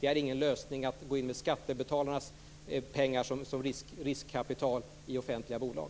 Det är ingen lösning att gå in med skattebetalarnas pengar som riskkapital i offentliga bolag.